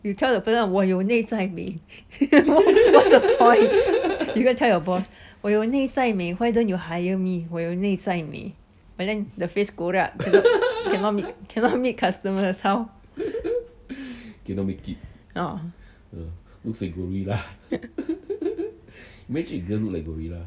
you tell the person 我有内在美 what's the point you go and tell your boss 我有内在美 why don't you hire me 我有内在美 but then the face koyak cannot meet customers how orh